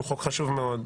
שהוא חוק חשוב מאוד,